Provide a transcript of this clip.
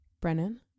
Brennan